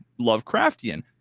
Lovecraftian